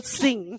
sing